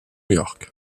york